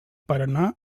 paranà